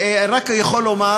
אני רק יכול לומר